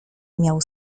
miał